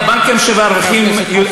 הבנקים שמרוויחים,